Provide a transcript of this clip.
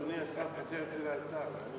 אדוני השר פותר את זה לאלתר.